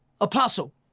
apostle